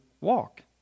walk